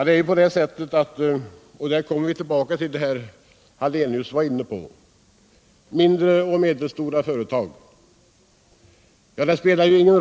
Där kommer jag tillbaka till situationen för mindre och medelstora företag som Ingemar Hallenius var inne på.